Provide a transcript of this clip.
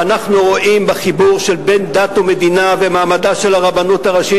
ואנחנו רואים בחיבור שבין דת ומדינה ומעמדה של הרבנות הראשית,